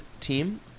team